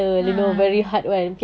ah